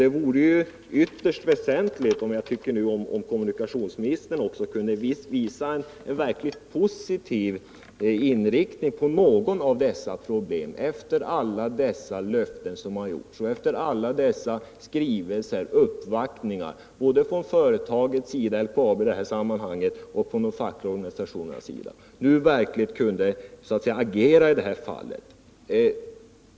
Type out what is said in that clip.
Det vore ytterst väsentligt om kommunikationsministern efter alla de löften som avgetts och efter alla skrivelser och uppvaktningar från LKAB och de fackliga organisationerna nu verkligen kunde agera i det här fallet.